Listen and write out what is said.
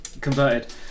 converted